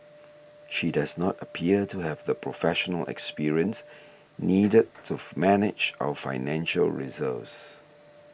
she does not appear to have the professional experience needed to manage our financial reserves